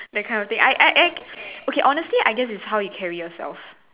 that kind of thing I I I okay honestly I guess is how you carry yourself